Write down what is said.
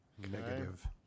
Negative